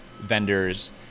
vendors